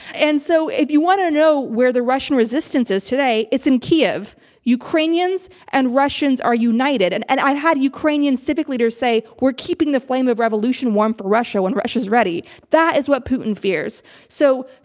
and so, if you want to know where the russian resistance is today, it's in kyiv. ukrainians and russians are united and and i've had ukrainian civic leaders say we're keeping the flame of revolution warm for russia when russia's ready. that is what putin fears. so,